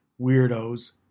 weirdos